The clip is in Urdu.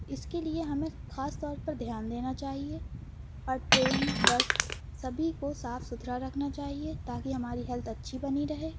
اس کے لیے ہمیں خاص طورپر دھیان دینا چاہیے اور ٹرین بس سبھی کو صاف ستھرا رکھنا چاہیے تاکہ ہماری ہیلتھ اچھی بنی رہے